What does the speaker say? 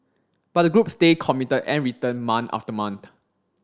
but the group stay committed and returned month after month